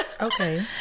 Okay